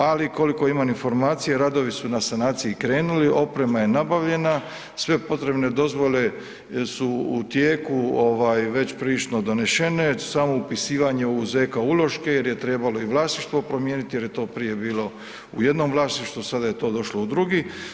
Ali, koliko imam informacije, radovi su na sanaciji krenuli, oprema je nabavljena, sve potrebne dozvole su u tijeku već prilično donesene, samo upisivanje u ZK uloške jer je trebalo i vlasništvo promijeniti jer je to prije bilo u jednom vlasništvu, sada je to došlo u drugi.